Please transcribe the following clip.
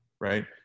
Right